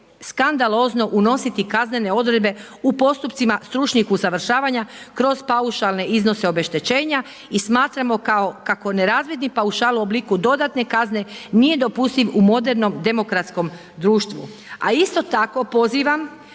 skandalozno unositi kaznene odredbe u postupcima stručnih usavršavanja kroz paušalne iznose obeštećenja i smatramo kao kako nerazvidni paušal u obliku dodatne kazne nije dopustiv u modernom demokratskom društvu. A isto tako pozivam